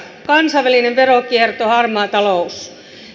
kansainvälinen veronkierto harmaa talous